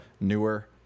newer